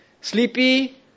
sleepy